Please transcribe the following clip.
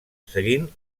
seguint